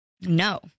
No